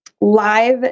live